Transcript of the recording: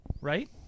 Right